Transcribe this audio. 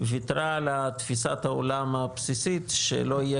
ויתרה על תפיסת העולם הבסיסית שלא יהיה